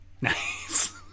Nice